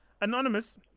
Anonymous